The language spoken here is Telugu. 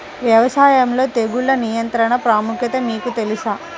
వ్యవసాయంలో తెగుళ్ల నియంత్రణ ప్రాముఖ్యత మీకు తెలుసా?